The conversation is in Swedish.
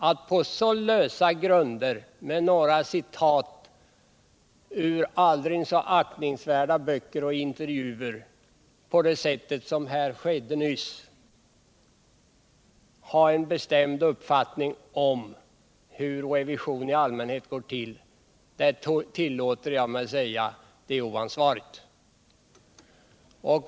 Att på så lösa grunder som med några citat ur aldrig så aktningsvärda böcker och intervjuer på det sätt som skedde nyss ha en bestämd uppfattning om hur revision i allmänhet går till, det tillåter jag mig säga är oansvarigt.